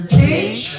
teach